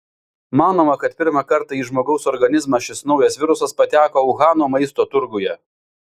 manoma kad pirmą kartą į žmogaus organizmą šis naujas virusas pateko uhano maisto turguje